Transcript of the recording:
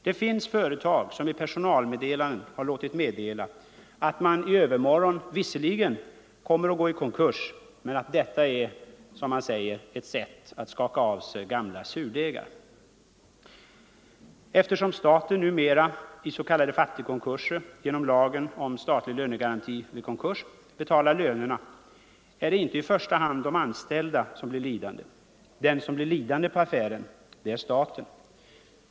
Det finns företag som i personalmeddelanden har låtit tillkännagiva att man i övermorgon visserligen kommer att gå i konkurs men att detta, som man säger, är ett sätt att skaka av sig gamla skulder. Eftersom staten numera i s.k. fattigkonkurser genom lagen om statlig lönegaranti vid konkurs betalar ut lönerna, är det inte i första hand de anställda som blir lidande. Den som blir lidande på affären är staten.